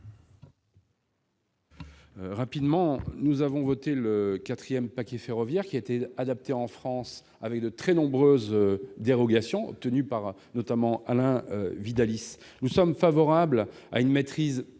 de vote. Nous avons voté le quatrième paquet ferroviaire, adapté en France avec de très nombreuses dérogations obtenues, notamment, par Alain Vidalies. Nous sommes favorables à une maîtrise